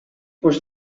was